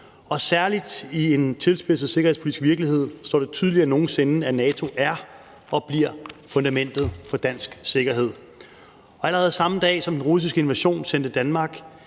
Særlig i en tilspidset sikkerhedspolitisk virkelighed står det tydeligere end nogen sinde, at NATO er og bliver fundamentet for dansk sikkerhed, og allerede den samme dag som den russiske invasion sendte Danmark